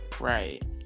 Right